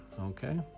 okay